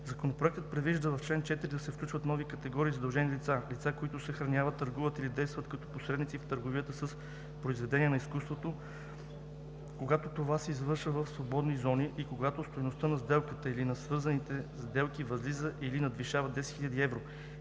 Законопроектът предвижда в чл. 4 да се включват нови категории задължени лица – лица, които съхраняват, търгуват или действат като посредници в търговията с произведения на изкуството, когато това се извършва в свободни зони и когато стойността на сделката или на свързаните сделки възлиза на или надвишава 10 000 евро